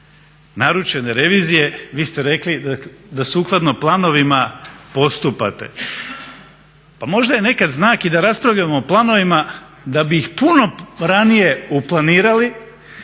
naručene revizije. Vi ste rekli da sukladno planovima postupate. Pa možda je nekad znak i da raspravljamo o planovima da bi ih puno ranije uplanirali,